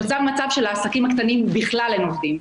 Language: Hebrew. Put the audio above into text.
נוצר מצב שלעסקים הקטנים בכלל אין עובדים.